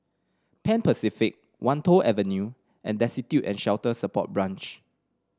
Pan Pacific Wan Tho Avenue and Destitute and Shelter Support Branch